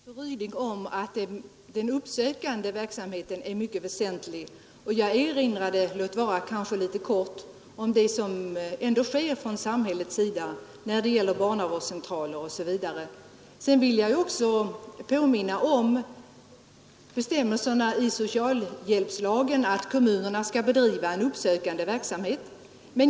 Herr talman! Jag håller med fru Ryding om att den uppsökande verksamheten är väsentlig. Jag erinrade — låt vara litet kortfattat — om det som ändå görs från samhällets sida när det gäller barnavårdscentraler m.m. för att tidigt uppmärksamma hörselskada eller dövhet. Jag vill också påminna om bestämmelsen i socialhjälpslagen att kommunerna skall bedriva en uppsökande verksamhet.